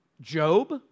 Job